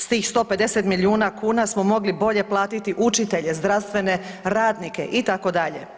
S tih 150 milijuna kuna smo mogli bolje platiti učitelje, zdravstvene radnike, itd.